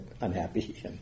unhappy